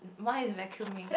why is vacuuming